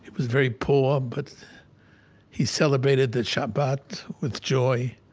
was very poor, but he celebrated the shabbat with joy.